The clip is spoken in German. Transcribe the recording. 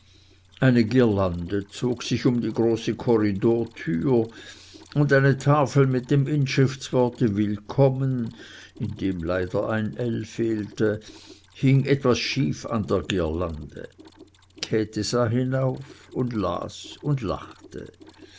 eine girlande zog sich um die große korridortür und eine tafel mit dem inschriftsworte willkommen in dem leider ein l fehlte hing etwas schief an der girlande käthe sah hinauf und las und lachte